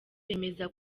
bemeza